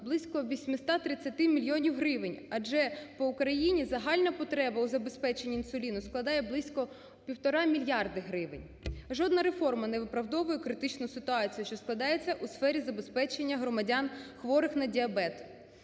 близько 830 мільйонів гривень, адже по Україні загальна потреба у забезпеченні інсуліну складає близько півтора мільярда гривень. Жодна реформа не виправдовує критичну ситуацію, що складається у сфері забезпечення громадян, хворих на діабет.